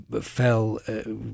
fell